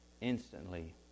Instantly